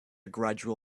gradual